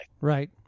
Right